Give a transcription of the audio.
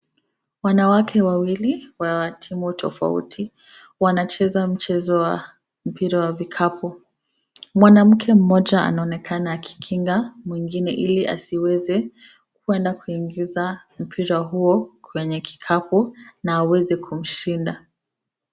Wanawake wawili wa timu tofauti wanacheza mcheo wa mpira wa vikapu. Mwanamke mmoja anaonekana akikinga mwingine ili asiweze kwenda kuingiza mpira huo kwenye kikapu na aweze kumshinda.